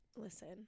Listen